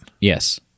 Yes